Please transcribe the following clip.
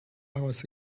hours